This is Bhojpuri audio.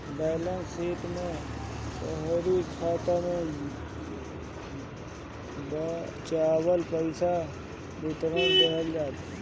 बैलेंस शीट में तोहरी खाता में बचल पईसा कअ विवरण देहल जाला